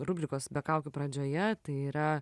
rubrikos be kaukių pradžioje tai yra